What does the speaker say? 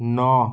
ନଅ